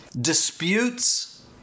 disputes